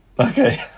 Okay